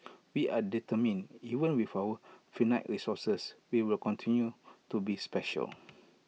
we are determined even with our finite resources we will continue to be special